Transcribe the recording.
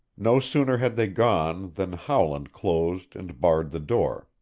no sooner had they gone than howland closed and barred the door,